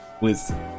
Wisdom